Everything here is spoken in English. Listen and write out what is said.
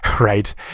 right